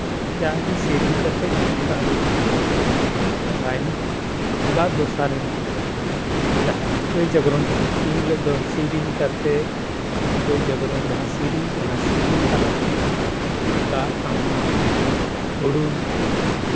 ᱡᱟᱜᱮ ᱥᱮᱨᱮᱧ ᱠᱟᱛᱮᱫ ᱛᱩᱢᱫᱟᱜ ᱨᱩ ᱠᱟᱛᱮᱫ ᱪᱟᱵᱟᱭᱮᱱᱟ ᱟᱵᱟᱨ ᱫᱚᱥᱟᱨ ᱦᱤᱞᱳᱜ ᱡᱟᱦᱟᱸ ᱜᱟᱹᱭ ᱡᱟᱜᱽᱨᱚᱱ ᱦᱤᱞᱳᱜ ᱮᱱᱦᱤᱞᱳᱜ ᱫᱚ ᱥᱮᱨᱮᱧ ᱠᱟᱛᱮᱫ ᱜᱟᱹᱭ ᱡᱟᱜᱽᱨᱚᱱ ᱡᱟᱦᱟᱸ ᱥᱮᱨᱮᱧ ᱚᱱᱟ ᱥᱮᱨᱮᱧ ᱛᱟᱞᱟᱛᱮ ᱛᱩᱢᱫᱟᱜ ᱴᱟᱢᱟᱠ ᱦᱩᱲᱩ